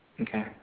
Okay